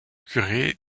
curé